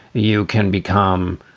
you can become